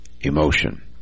emotion